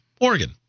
Oregon